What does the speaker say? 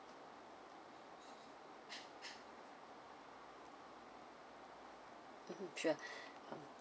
mmhmm sure